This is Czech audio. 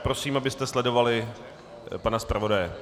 Prosím, abyste sledovali pana zpravodaje.